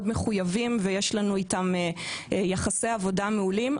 מחויבים ויש לנו אתם יחסי עבודה מעולם,